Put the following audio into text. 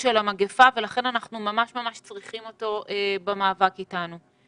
של המגיפה ולכן אנחנו ממש צריכים אותו במאבק אתנו.